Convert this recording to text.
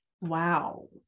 Wow